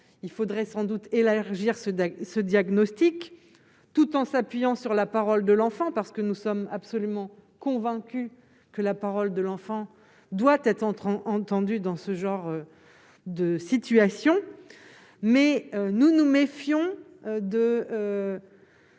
il faudrait sans doute élargir ce ce diagnostic, tout en s'appuyant sur la parole de l'enfant, parce que nous sommes absolument convaincus que la parole de l'enfant doit être entrant entendu dans ce genre de situation mais nous nous méfions de